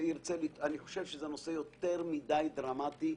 אני חושב שזה נושא יותר מדי דרמטי,